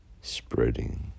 spreading